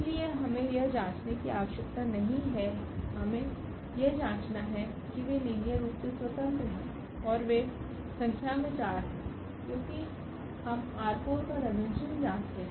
इसलिए हमें यह जाँचने की आवश्यकता नहीं है हमें यह जाँचना है कि वे लीनियर रूप से स्वतंत्र हैं और वे संख्या में 4 हैं क्योंकि हम ℝ4 का डायमेंशन जानते हैं